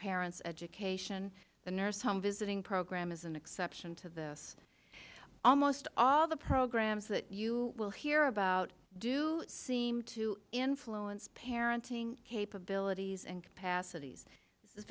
parents education the nursing home visiting program is an exception to this almost all the programs that you will hear about do seem to influence parenting capabilities and capacities is